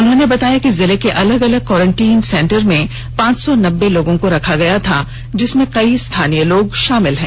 उन्होंने बताया कि जिले के अलग अलग क्वारेंटाइन सेंटर में पांच सौ नब्बे लोगों को रखा गया था जिसमें कई स्थानीय लोग शामिल हैं